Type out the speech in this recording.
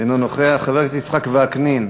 אינו נוכח, חבר הכנסת יצחק וקנין,